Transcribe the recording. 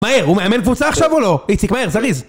מהר, הוא מאמן קבוצה עכשיו או לא? איציק מהר, זריז